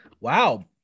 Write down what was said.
wow